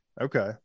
Okay